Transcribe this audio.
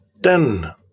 Den